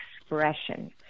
expression